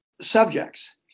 subjects